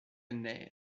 naît